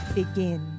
begin